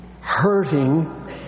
hurting